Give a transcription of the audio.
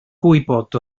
gwybod